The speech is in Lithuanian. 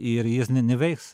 ir jis ne neveiks